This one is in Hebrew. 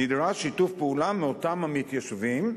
נדרש שיתוף פעולה מאותם המתיישבים.